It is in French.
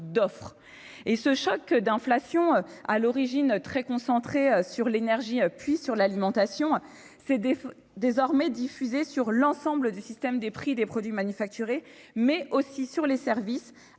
d'offre. Ce choc d'inflation, à l'origine très concentré sur l'énergie, puis sur l'alimentation, s'est désormais diffusé à l'ensemble du système des prix des produits manufacturés, mais aussi sur les services,